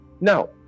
now